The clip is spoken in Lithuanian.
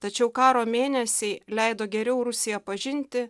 tačiau karo mėnesiai leido geriau rusiją pažinti